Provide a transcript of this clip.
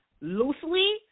loosely